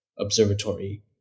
observatory